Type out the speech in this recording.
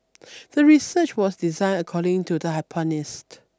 the research was designed according to the hypothesis